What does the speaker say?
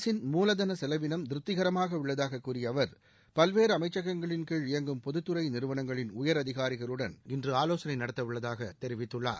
அரசின் மூலதன செலவினம் திருப்திகரமாக உள்ளதாக கூறிய அவர் பல்வேறு அமைச்சகங்களின் கீழ் இயங்கும் பொதுத் துறை நிறுவனங்களின் உயரதிகாரிகளுடன் இன்று ஆலோசனை நடத்தவுள்ளதாக தெரிவித்தார்